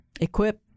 equip